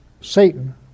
Satan